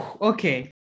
okay